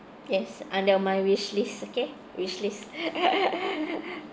yes under my wish list okay wish list